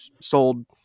sold